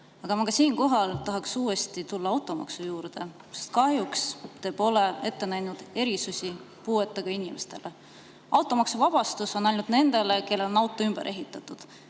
Aga ma tahan siinkohal tulla uuesti automaksu juurde, sest kahjuks pole te ette näinud erisusi puuetega inimestele. Automaksuvabastus on ainult nendele, kelle auto on ümber ehitatud,